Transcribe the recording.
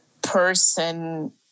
Person